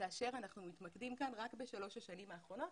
כאשר אנחנו מתמקדים כאן רק בשלוש השנים האחרונות,